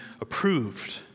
approved